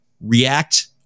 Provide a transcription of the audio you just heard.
react